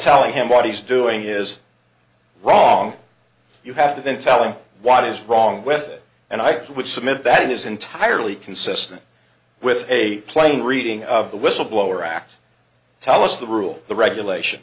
telling him what he's doing is wrong you have to then tell him what is wrong with it and i would submit that it is entirely consistent with a plain reading of the whistleblower act tell us the rule the regulation